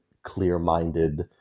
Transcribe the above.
clear-minded